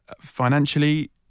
financially